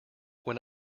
when